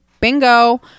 bingo